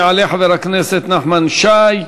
יעלה חבר הכנסת נחמן שי,